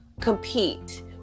compete